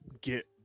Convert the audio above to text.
get